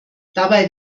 dabei